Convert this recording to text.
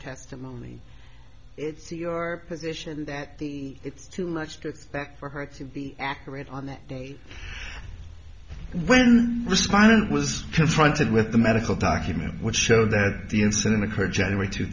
testimony it's your position that it's too much to expect for her to be accurate on that when respondent was confronted with the medical documents which show that the incident occurred january two